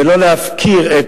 ולא להפקיר,